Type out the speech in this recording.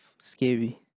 scary